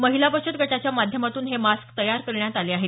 महिला बचत गटाच्या माध्यमातून हे मास्क तयार करण्यात आले आहे